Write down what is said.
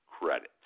credit